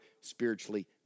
spiritually